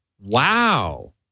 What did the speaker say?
Wow